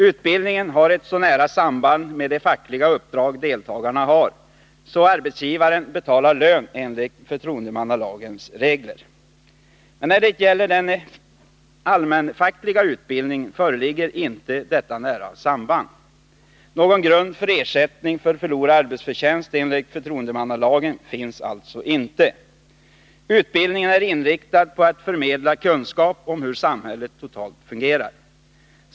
Utbildningen har ett så nära samband med de fackliga uppdrag deltagarna har att arbetsgivaren betalar lön enligt förtroendemannalagens regler. När det gäller den allmänfackliga utbildningen föreligger inte detta nära samband. Någon grund för ersättning för förlorad arbetsförtjänst enligt förtroendemannalagen finns alltså inte. Utbildningen är inriktad på att förmedla kunskap om hur samhället totalt fungerar.